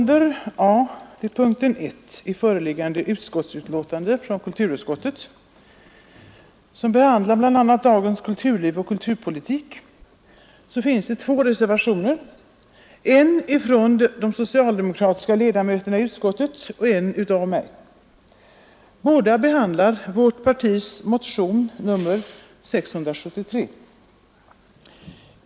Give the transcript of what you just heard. Herr talman! Vid punkten 1 i föreliggande betänkande från kulturutskottet, som behandlar bl.a. dagens kulturliv och kulturpolitik, har fogats två reservationer, en från de socialdemokratiska ledamöterna i utskottet och en av mig. Båda reservationerna behandlar vårt partis motion nr 673.